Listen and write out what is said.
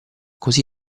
così